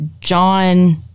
john